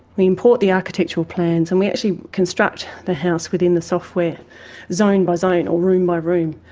we import the architectural plans and we actually construct the house within the software zone by zone, or room by room.